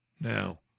Now